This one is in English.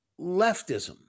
leftism